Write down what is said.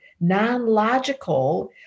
non-logical